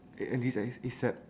eh at least end this ASAP